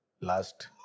Last